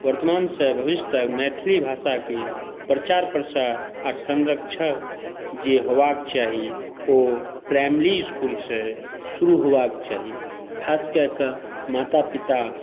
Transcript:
वर्तमानसॅं भविष्य तक मैथिली भाषाके प्रचार प्रसार आर संरक्षण जे हेबाक चाही ओ प्राइमरी स्कूलसॅं शुरू होबाक चाही ख़ास कए कऽ माता पिता